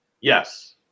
Yes